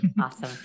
Awesome